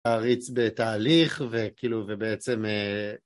להריץ בתהליך וכאילו ובעצם